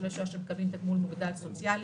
וניצולי שואה שמקבלים תגמול מוגדל סוציאלי,